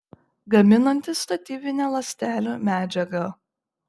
gaminanti statybinę ląstelių medžiagą